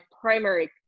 primary